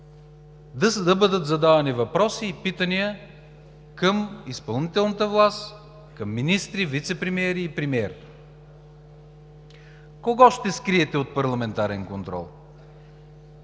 да бъдат задавани въпроси и питания към изпълнителната власт, към министри, вицепремиери и премиер? Кого ще скриете от парламентарен контрол,